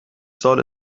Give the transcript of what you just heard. سال